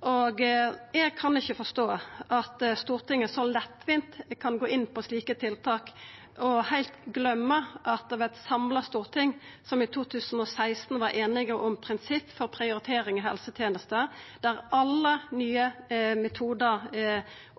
Eg kan ikkje forstå at Stortinget så lettvint kan gå inn på slike tiltak og heilt gløyma at det var eit samla storting som i 2016 var einige om prinsipp for prioritering i helsetenesta, der alle nye metodar